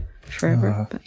forever